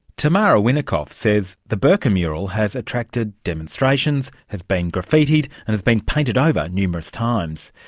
tamara winikoff says the burqa mural has attracted demonstrations, has been graffitied and has been painted over numerous times.